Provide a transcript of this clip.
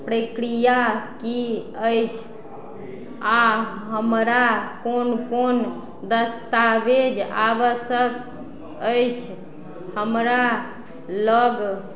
प्रक्रिया की अछि आओर हमरा कोन कोन दस्तावेज आवशक अछि हमरा लग